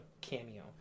cameo